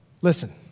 Listen